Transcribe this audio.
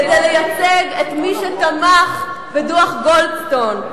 כדי לייצג את מי שתמך בדוח-גולדסטון.